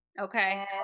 Okay